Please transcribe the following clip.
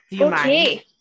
Okay